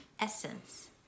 essence